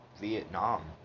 Vietnam